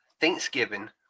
Thanksgiving